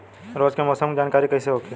रोज के मौसम के जानकारी कइसे होखि?